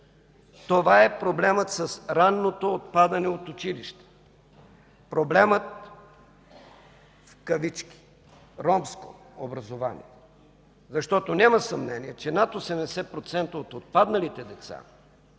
това е проблемът с ранното отпадане от училище, проблемът „ромско образование”. Защото няма съмнение, че над 80% от отпадналите деца